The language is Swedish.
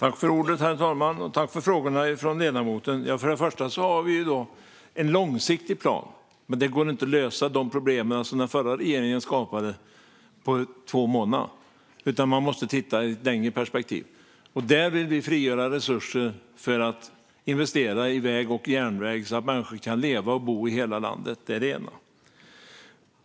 Herr talman! Tack för frågorna från ledamoten! Först och främst har vi en långsiktig plan, men det går inte att på två månader lösa de problem som den förra regeringen skapade. Man måste se det hela i ett längre perspektiv. Där vill vi frigöra resurser för att investera i väg och järnväg så att människor kan leva och bo i hela landet. Det är det ena.